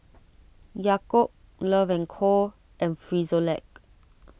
Yakult Love and Co and Frisolac